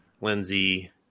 Lindsay